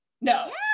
No